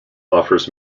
offers